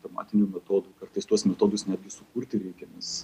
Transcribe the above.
matematinių metodų kartais tuos metodus netgi sukurti reikia nes